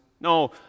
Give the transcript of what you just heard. No